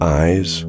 eyes